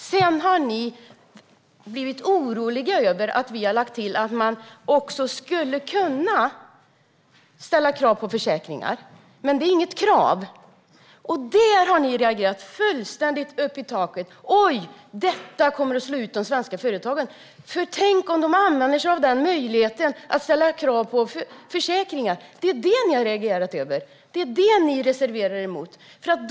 Ni har blivit oroliga över att vi har lagt till att man också skulle kunna ställa krav på försäkringar. Det är alltså inget krav. Där har ni reagerat och gått fullständigt i taket: Oj, detta kommer att slå ut de svenska företagen, för tänk om man använder sig av möjligheten att ställa krav på försäkringar! Det är det ni har reagerat på, och det är det ni reserverar er mot.